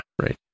right